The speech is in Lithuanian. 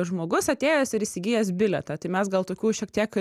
žmogus atėjęs ir įsigijęs bilietą tai mes gal tokių šiek tiek